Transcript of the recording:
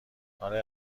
اره